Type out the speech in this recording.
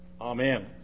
Amen